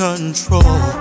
control